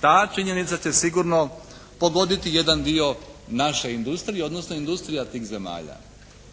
Ta činjenica će sigurno pogoditi jedan dio naše industrije odnosno industrija tih zemalja.